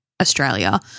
australia